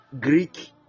Greek